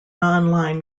online